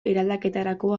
eraldaketarako